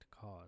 cause